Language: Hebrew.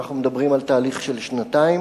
אנחנו מדברים על תהליך של שנתיים